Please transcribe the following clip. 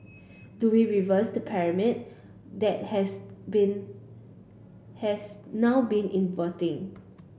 do we reverse the pyramid that has been has now been inverting